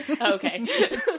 Okay